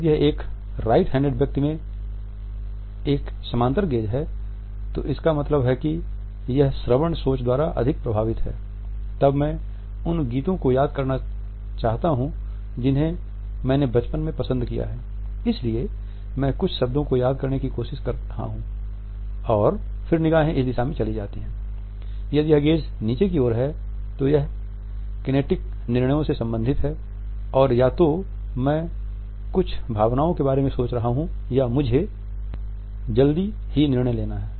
यदि यह एक राईट हैंडेड निर्णयों से संबंधित है और या तो मैं कुछ भावनाओं के बारे में सोच रहा हूं या मुझे जल्द ही निर्णय लेना है